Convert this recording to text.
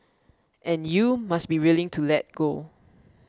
and you must be willing to let go